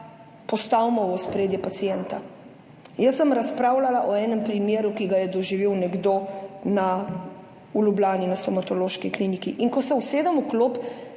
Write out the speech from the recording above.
postavimo v ospredje pacienta. Jaz sem razpravljala o enem primeru, ki ga je doživel nekdo v Ljubljani na Stomatološki kliniki, in ko se usedem v klop,